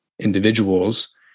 individuals